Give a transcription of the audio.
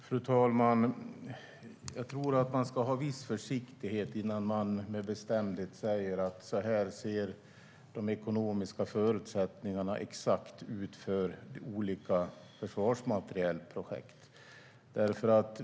Fru talman! Jag tror att man ska ha viss försiktighet innan man med bestämdhet säger: Så här ser de ekonomiska förutsättningarna exakt ut för olika försvarsmaterielprojekt.